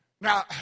Now